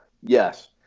Yes